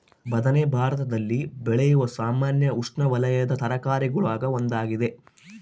ಬದನೆ ಭಾರತದಲ್ಲಿ ಬೆಳೆಯುವ ಸಾಮಾನ್ಯ ಉಷ್ಣವಲಯದ ತರಕಾರಿಗುಳಾಗ ಒಂದಾಗಿದೆ